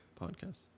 podcast